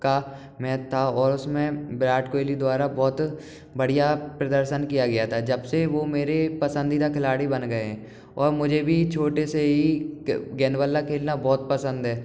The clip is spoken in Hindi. का मैच था और उसमें विराट कोहली द्वारा बहुत बढ़िया प्रदर्शन किया गया था जब से वो मेरे पसंदीदा खिलाड़ी बन गए और मुझे भी छोटे से ही गेंद बल्ला खेलने बहुत पसंद है